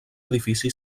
edifici